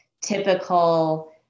typical